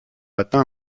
atteint